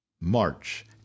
March